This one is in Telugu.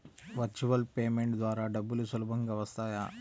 వర్చువల్ పేమెంట్ ద్వారా డబ్బులు సులభంగా వస్తాయా?